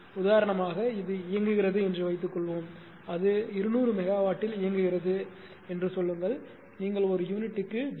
உதாரணமாக இது இயங்குகிறது என்று வைத்துக்கொள்வோம் அது 200 மெகாவாட்டில் இயங்குகிறது என்று சொல்லுங்கள் நீங்கள் ஒரு யூனிட்டுக்கு 0